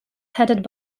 headed